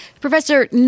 Professor